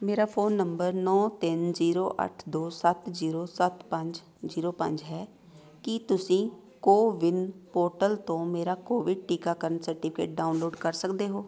ਮੇਰਾ phone number ਨੌ ਤਿੰਨ ਜੀਰੋ ਅੱਠ ਦੋ ਸੱਤ ਜੀਰੋ ਸੱਤ ਪੰਜ ਜੀਰੋ ਪੰਜ ਹੈ ਕੀ ਤੁਸੀਂ ਕੋਵਿਨ ਪੋਰਟਲ ਤੋਂ ਮੇਰਾ ਕੋਵਿਡ ਟੀਕਾਕਰਨ ਸਰਟੀਫਿਕੇਟ ਡਾਊਨਲੋਡ ਕਰ ਸਕਦੇ ਹੋ